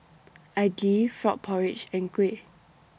Idly Frog Porridge and Kuih